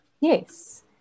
Yes